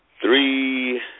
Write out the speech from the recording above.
three